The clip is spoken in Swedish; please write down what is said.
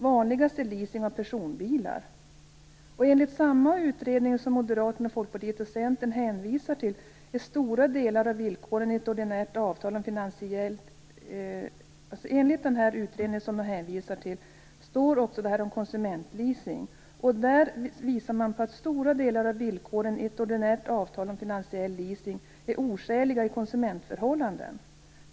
Vanligast är leasing av personbilar. I samma utredning som Moderaterna, Folkpartiet och Centern hänvisar till står det också om konsumentleasing. Där visar man på att stora delar av villkoren i ett ordinärt avtal om finansiell leasing är oskäliga i konsumentförhållanden.